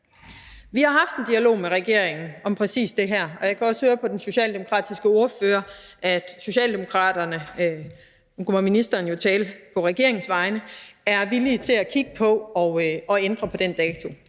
Vi har haft en dialog med regeringen om præcis det her, og jeg kan også høre på den socialdemokratiske ordfører, at Socialdemokraterne – nu kommer ministeren jo til at tale på regeringens vegne – er villige til at kigge på at ændre på den dato.